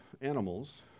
animals